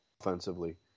offensively